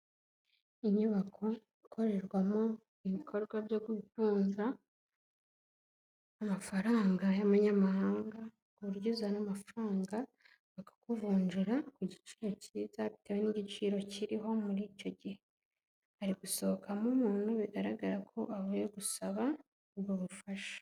Inyubako ikorerwamo ibikorwa byo kuvunja amafaranga y'amanyamahanga, ku buryo uzana amafaranga bakakuvunjira ku giciro cyiza bitewe n'igiciro kiriho muri icyo gihe; hari gusohokamo umuntu bigaragara ko avuye gusaba ubwo bufasha.